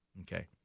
Okay